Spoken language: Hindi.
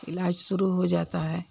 इलाज़ शुरू हो जाता है